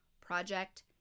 project